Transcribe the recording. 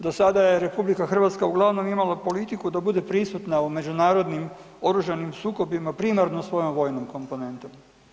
Do sada je RH uglavnom imala politiku da bude prisutna u međunarodnim oružanim sukobima primarno svojom vojnom komponentom.